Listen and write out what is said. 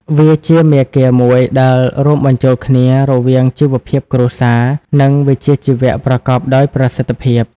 វាជាមាគ៌ាមួយដែលរួមបញ្ចូលគ្នារវាងជីវភាពគ្រួសារ និងវិជ្ជាជីវៈប្រកបដោយប្រសិទ្ធភាព។